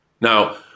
Now